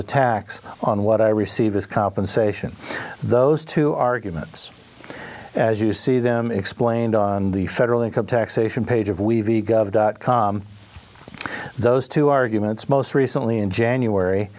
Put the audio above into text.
tax on what i receive as compensation those two arguments as you see them explained on the federal income tax ation page of we've got those two arguments most recently in january